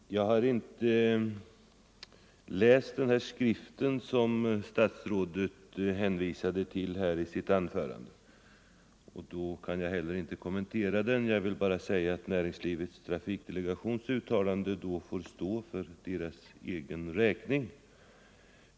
Fru talman! Jag har inte läst den skrift statsrådet hänvisade till i sitt anförande, och då kan jag inte heller kommentera den. Jag vill bara säga att uttalandet av näringslivets trafikdelegation får stå för delegationens egen räkning.